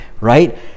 Right